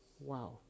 Wow